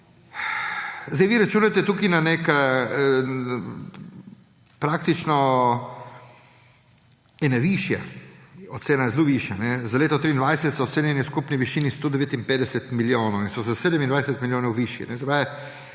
Sedaj vi tukaj računate na praktično eno višjo, ocena je zelo višja, za leto 2023 so ocenjeni v skupni višini 159 milijonov in so za 27 milijonov višji.